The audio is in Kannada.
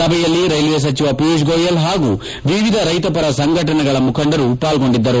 ಸಭೆಯಲ್ಲಿ ರೈಲ್ವೆ ಸಚಿವ ಪಿಯೂಷ್ ಗೋಯಲ್ ಹಾಗೂ ವಿವಿಧ ರೈತಪರ ಸಂಘಟನೆಗಳ ಮುಖಂಡರು ಪಾರ್ಗೊಂಡಿದ್ದರು